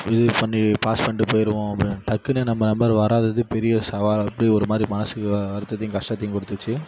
பண்ணி பாஸ் பண்ணிட்டு போயிடுவோம் அப்படின்டு டக்குனு நம்ப நம்பர் வராதது பெரிய சவால்ன்டு ஒருமாதிரி மனதுக்கு வருத்தத்தையும் கஷ்டத்தையும் கொடுத்துச்சு